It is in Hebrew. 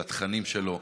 על התכנים שלו,